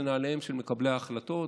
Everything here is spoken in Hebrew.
לנעליהם של מקבלי ההחלטות,